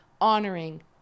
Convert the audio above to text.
honoring